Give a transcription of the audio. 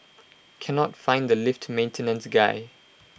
cannot find the lift maintenance guy